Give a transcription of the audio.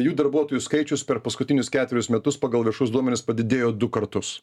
jų darbuotojų skaičius per paskutinius ketverius metus pagal viešus duomenis padidėjo du kartus